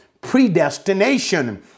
predestination